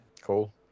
Cool